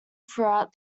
throughout